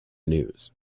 news